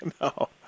No